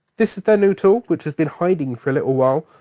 this is their new tool which has been hiding for a little while,